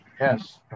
Yes